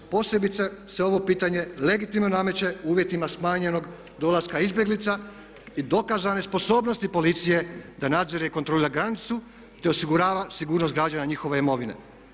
Posebice se ovo pitanje legitimno nameće uvjetima smanjenog dolaska izbjeglica i dokazane sposobnosti policije da nadzire i kontrolira granicu te osigurava sigurnost građana i njihove imovine.